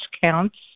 Counts